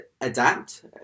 adapt